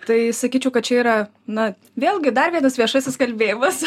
tai sakyčiau kad čia yra na vėlgi dar vienas viešasis kalbėjimas